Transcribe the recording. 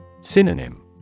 Synonym